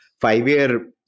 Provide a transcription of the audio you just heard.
five-year